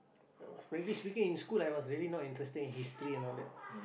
frankly speaking in school I was really not interested in history and all that